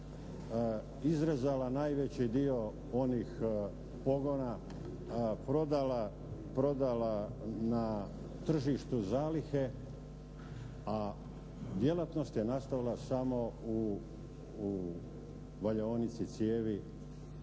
izrezala najveći dio onih pogona, prodala na tržištu zalihe a djelatnost je nastavila samo u valjaonici cijevi